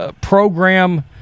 program